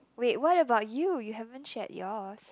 wait what about you you haven't shared yours